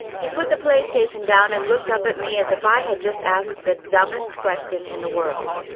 he put the playstation down and looked up at me as if i had just asked the dumbest question in the world.